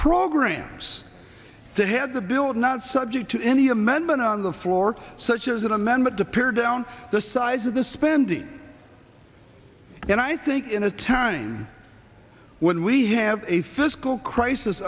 programs that had to build not subject to any amendment on the floor such as an amendment to pare down the size of the spending and i think in a time when we have a fiscal crisis